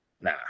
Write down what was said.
nah